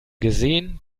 gesehen